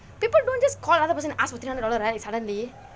people don't just call another person and ask for three hundred dollars right suddenly